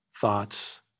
thoughts